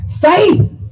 Faith